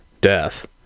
death